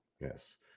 Yes